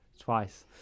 twice